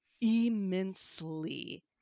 immensely